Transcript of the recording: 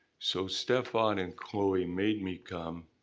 so stephan and chloe made me come